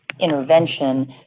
intervention